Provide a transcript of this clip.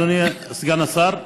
אדוני סגן השר?